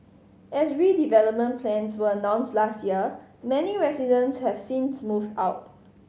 as redevelopment plans were announced last year many residents have since moved out